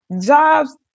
jobs